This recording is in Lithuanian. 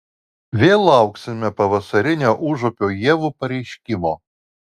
vėl lauksime pavasarinio užupio ievų pareiškimo